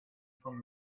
from